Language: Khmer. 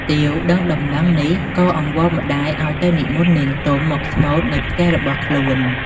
ទាវដឹងដំណឹងនេះក៏អង្វរម្តាយឲ្យទៅនិមន្តនេនទុំមកស្មូត្រនៅផ្ទះរបស់ខ្លួន។